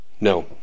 No